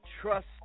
trust